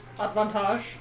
Advantage